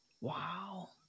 wow